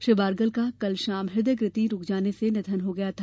श्री बारगल का कल शाम हृदयगति रूक जाने से निधन हो गया था